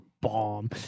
bomb